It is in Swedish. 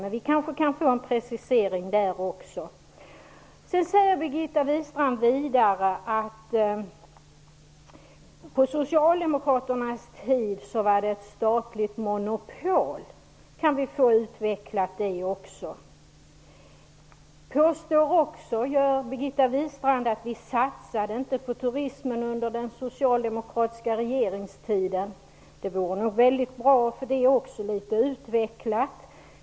Men vi kanske kan få en precisering också i det avseendet. Birgitta Wistrand säger vidare att det på socialdemokraternas tid var ett statligt monopol. Kan vi få också det utvecklat? Birgitta Wistrand påstår att vi under den socialdemokratiska regeringstiden inte satsade på turismen. Det vore mycket bra att få även det litet utvecklat.